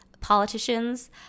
politicians